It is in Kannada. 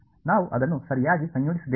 ನಾವು ಅದನ್ನು ಸರಿಯಾಗಿ ಸಂಯೋಜಿಸಿದ್ದೇವೆ